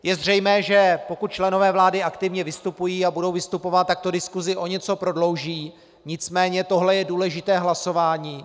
Je zřejmé, že pokud členové vlády aktivně vystupují a budou vystupovat, tak to diskusi o něco prodlouží, nicméně toto je důležité hlasování.